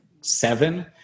seven